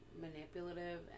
manipulative